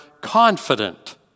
confident